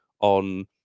on